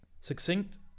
Succinct